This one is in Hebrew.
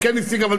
היא כן השיגה,